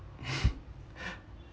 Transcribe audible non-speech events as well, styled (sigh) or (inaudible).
(laughs)